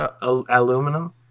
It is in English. Aluminum